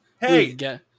Hey